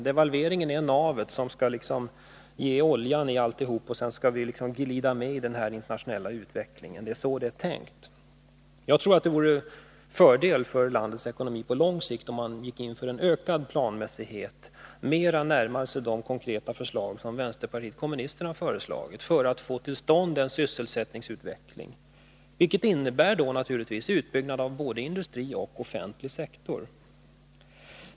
Devalveringen är det nav som skall ge oljan i alltihop, och sedan skall vi glida med i den internationella utvecklingen. Det är så det är tänkt. Jag tror att det vore en fördel för landets ekonomi på lång sikt om vi gick in för en ökad planmässighet och mera närmade oss de konkreta förslag som vänsterpartiet kommunisterna framlagt för att få till stånd en sysselsättningsutveckling, vilket skulle innebära utbyggnad både av industri och av offentlig sektor.